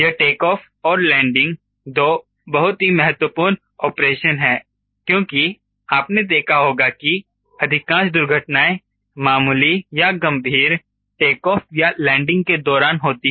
यह take off और landing दो बहुत ही महत्वपूर्ण ऑपरेशन हैं क्योंकि आपने देखा होगा कि अधिकांश दुर्घटनाएँ मामूली या गंभीर टेक ऑफ या लैंडिंग के दौरान होती हैं